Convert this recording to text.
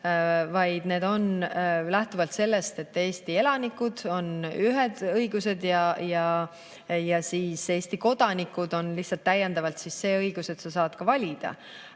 vaid need lähtuvad sellest, et Eesti elanikel on ühed õigused. Eesti kodanikul on lihtsalt täiendavalt see õigus, et ta saab valida.